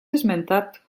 esmentat